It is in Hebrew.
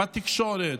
בתקשורת,